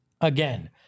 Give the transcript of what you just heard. Again